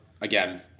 again